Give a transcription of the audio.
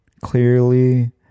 Clearly